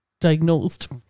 diagnosed